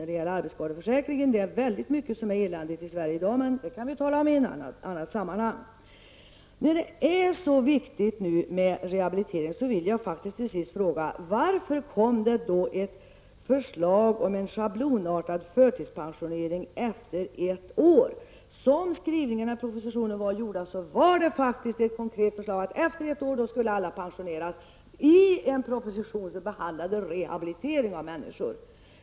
Det är väldigt mycket som är eländigt i Sverige, men det skall vi tala om i annat sammanhang. Eftersom det är så viktigt med rehabilitering vill jag till sist fråga: Varför kom det ett förslag om en schablonartad förtidspensionering efter ett år? Som skrivningarna i propositionen var gjorda var det faktiskt ett konkret förslag att efter ett år skulle alla pensioneras -- detta i en proposition som handlade om rehabilitering av människor!